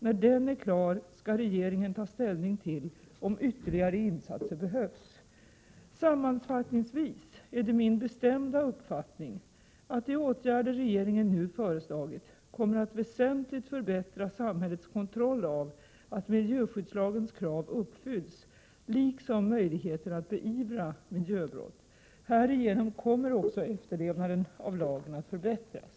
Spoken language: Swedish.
När den är klar skall regeringen ta ställning till om ytterligare insatser behövs. Sammanfattningsvis är det min bestämda uppfattning att de åtgärder regeringen nu föreslagit kommer att väsentligt förbättra samhällets kontroll av att miljöskyddslagens krav uppfylls liksom möjligheterna att beivra miljöbrott. Härigenom kommer också efterlevnaden av lagen att förbättras.